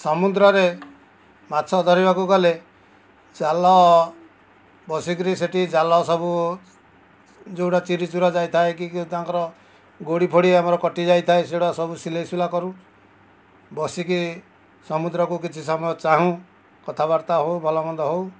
ସମୁଦ୍ରରେ ମାଛ ଧରିବାକୁ ଗଲେ ଜାଲ ବସି କରି ସେଠି ଜାଲ ସବୁ ଯେଉଁଟା ଚିରି ଚୁରା ଯାଇଥାଏ କି ତାଙ୍କର ଗୋଡ଼ି ଫୋଡ଼ି ଆମର କଟିଯାଇଥାଏ ସେଗୁଡ଼ା ସବୁ ସିଲେଇ ସୁଲା କରୁ ବସିକି ସମୁଦ୍ରକୁ କିଛି ସମୟ ଚାହୁଁ କଥାବାର୍ତ୍ତା ହଉ ଭଲ ମନ୍ଦ ହଉ